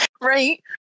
right